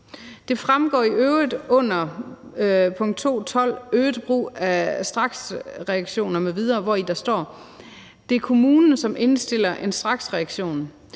Det fremgår i øvrigt under punkt 2.12, øget brug af straksreaktioner m.v.: »Det er kommunen, som indstiller til en straksreaktion.